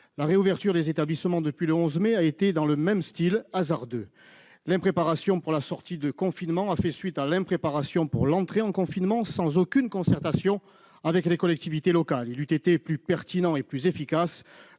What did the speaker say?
La réouverture des établissements, depuis le 11 mai, s'est faite selon le même style hasardeux : l'impréparation pour la sortie de confinement a fait suite à l'impréparation pour l'entrée en confinement, sans aucune concertation avec les collectivités locales. Il eût été plus pertinent et plus efficace